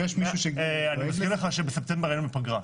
אני מזכיר לך שבספטמבר היינו בפגרה,